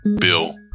Bill